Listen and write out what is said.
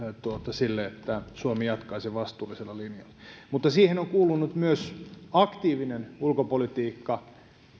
sille että suomi jatkaisi vastuullisella linjalla mutta siihen on kuulunut myös aktiivinen ulkopolitiikka